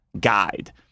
guide